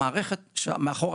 המערכת שמאחור,